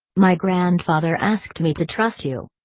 my grandfather asked me to trust you.